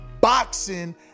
boxing